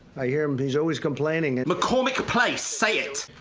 ah yeah um he's always complaining. and mccormack place, say it.